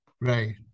Right